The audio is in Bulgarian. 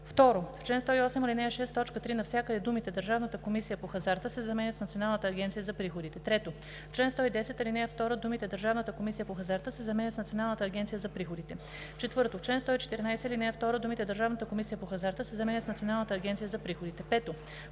В чл. 108, ал. 6, т. 3 навсякъде думите „Държавната комисия по хазарта“ се заменят с „Националната агенция за приходите“. 3. В чл. 110, ал. 2 думите „Държавната комисия по хазарта“ се заменят с „Националната агенция за приходите“. 4. В чл. 114, ал. 2 думите „Държавната комисия по хазарта“ се заменят с „Националната агенция за приходите“. 5.